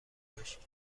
باشید